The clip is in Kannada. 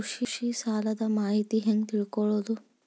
ಕೃಷಿ ಸಾಲದ ಮಾಹಿತಿ ಹೆಂಗ್ ತಿಳ್ಕೊಳ್ಳೋದು?